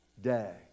day